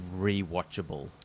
rewatchable